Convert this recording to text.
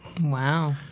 Wow